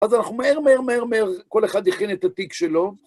אז אנחנו מהר, מהר, מהר, מהר, כל אחד הכין את התיק שלו.